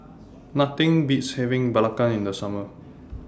Nothing Beats having Belacan in The Summer